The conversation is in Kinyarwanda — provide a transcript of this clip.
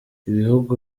ibihugu